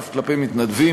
אלא אף כלפי מתנדבים,